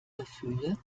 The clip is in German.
gefühle